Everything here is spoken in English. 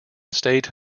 state